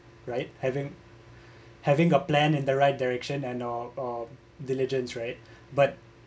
right having having a plan in the right direction and uh uh diligence right but